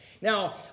Now